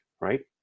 right